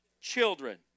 children